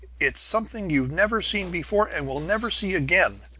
it's something you've never seen before, and will never see again!